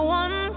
one